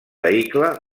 vehicle